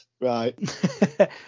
right